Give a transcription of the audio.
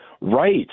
Right